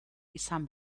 izan